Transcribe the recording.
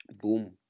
boom